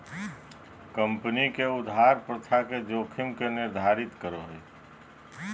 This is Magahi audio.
कम्पनी के उधार प्रथा के जोखिम के निर्धारित करो हइ